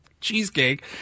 cheesecake